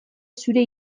zure